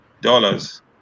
dollars